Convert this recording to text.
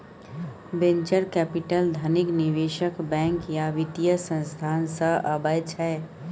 venture capital धनिक निबेशक, bank या बित्तीय संस्थान सँ अबै छै